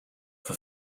for